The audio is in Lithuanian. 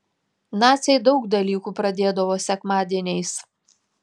naciai daug dalykų pradėdavo sekmadieniais